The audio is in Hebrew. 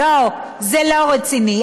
לא, זה לא רציני.